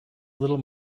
little